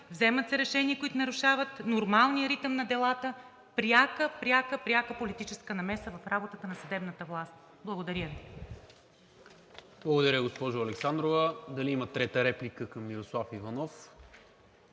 взимат се решения, които нарушават нормалния ритъм на делата, пряка, пряка, пряка политическа намеса в работата на съдебната власт. Благодаря Ви. ПРЕДСЕДАТЕЛ НИКОЛА МИНЧЕВ: Благодаря, госпожо Александрова. Дали има трета реплика към Мирослав Иванов?